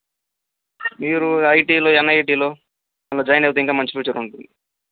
మీరు ఐఐటిలో ఎన్ఐటిలో జాయిన్ అవుతే ఇంకా మంచి ఫ్యూచర్ ఉంటుంది